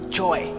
joy